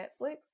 Netflix